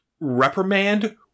reprimand